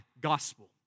gospel